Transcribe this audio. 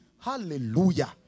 Hallelujah